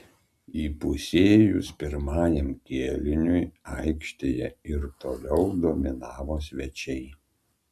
įpusėjus pirmajam kėliniui aikštėje ir toliau dominavo svečiai